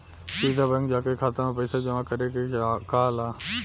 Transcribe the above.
सीधा बैंक जाके खाता में पइसा जामा करे के कहाला